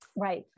Right